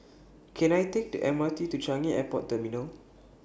Can I Take The M R T to Changi Airport Terminal